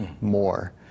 more